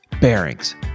bearings